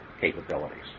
capabilities